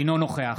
אינו נוכח